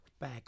back